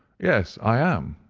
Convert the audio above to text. yes i am,